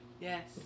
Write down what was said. Yes